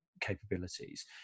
capabilities